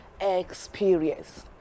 experience